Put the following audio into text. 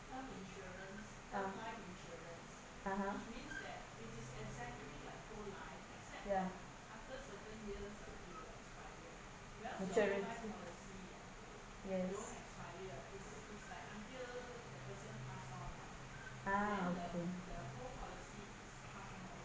ah (uh huh) ya insurance yes ah okay